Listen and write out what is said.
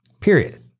Period